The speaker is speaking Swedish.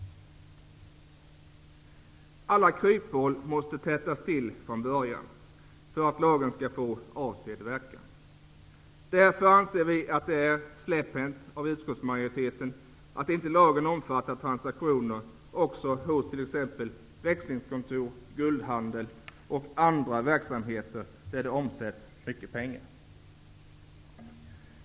Alla kryphål måste tätas från början för att lagen skall få avsedd verkan. Därför anser vi att det är släpphänt av utskottsmajoriteten att lagen inte omfattar transaktioner också hos t.ex. växlingskontor, guldhandel och andra verksamheter, där det omsätts mycket pengar.